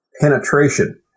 penetration